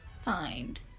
find